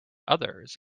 others